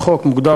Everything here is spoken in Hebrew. בחוק מוגדר